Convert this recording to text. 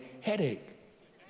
headache